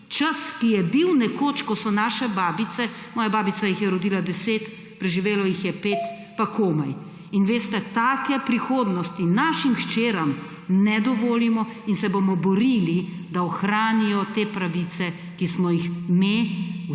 čas, ki je bil nekoč ko so naše babice – moja babica jih je rodila 10, preživelo jih je pet, pa komaj. In veste, take prihodnosti našim hčeram ne dovolimo in se bomo borili, da ohranijo te pravice, ki smo jih mi v